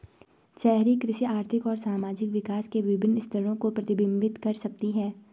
शहरी कृषि आर्थिक और सामाजिक विकास के विभिन्न स्तरों को प्रतिबिंबित कर सकती है